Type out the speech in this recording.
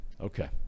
Okay